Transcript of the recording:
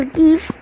give